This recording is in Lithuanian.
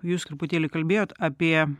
jūs truputėlį kalbėjot apie